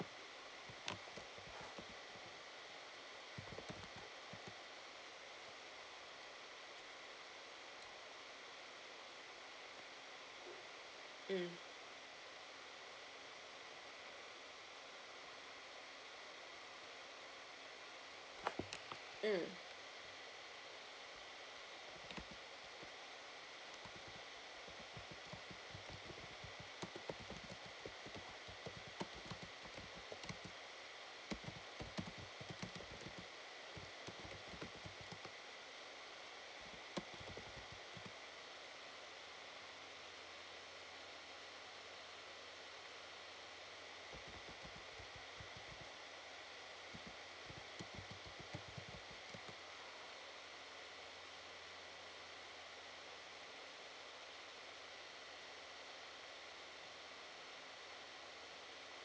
mm mm